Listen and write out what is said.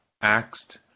asked